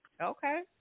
Okay